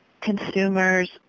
consumers